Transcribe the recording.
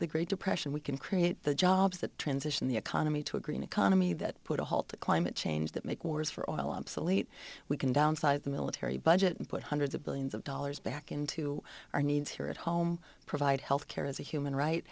the great depression we can create the jobs that transition the economy to a green economy that put a halt to climate change that make wars for oil obsolete we can downsize the military budget and put hundreds of billions of dollars back into our needs here at home provide health care as a human right